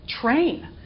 Train